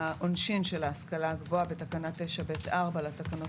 בעונשין של ההשכלה הגבוהה: תיקון תקנה 9ב 5. בתקנה 9ב(4) לתקנות